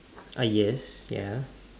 uh yes ya